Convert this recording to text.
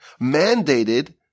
mandated